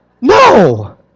No